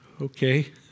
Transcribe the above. okay